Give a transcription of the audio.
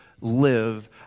live